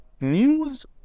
News